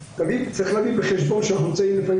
צריך להביא בחשבון שאנחנו נמצאים לפעמים